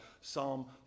Psalm